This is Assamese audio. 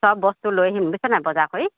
সব বস্তু লৈ আহিম বুইছেনে বজাৰ কৰি